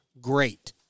great